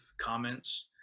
comments